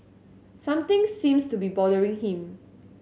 something seems to be bothering him